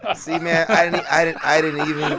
ah see, man. i didn't i didn't even